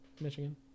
Michigan